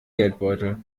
geldbeutel